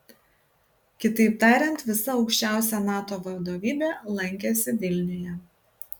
kitaip tariant visa aukščiausia nato vadovybė lankėsi vilniuje